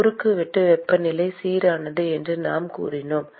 குறுக்குவெட்டு வெப்பநிலை சீரானது என்று நாம் கூறினோம்